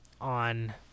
on